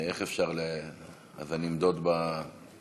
איך אפשר, אז אני אמדוד באייפון?